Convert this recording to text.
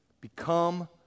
become